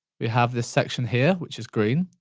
we have this section here, which is green.